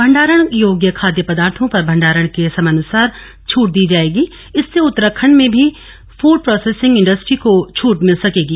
भंडारण योग्य खाद्य पदार्थों पर भंडारण के समयानसार छट दी जाएगी इससे उत्तराखंड में भी फड प्रोसेसिंग इंडस्ट्री को छट मिल सकेगी